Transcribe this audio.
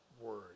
word